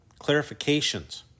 clarifications